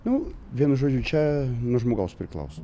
nu vienu žodžiu čia žmogaus priklauso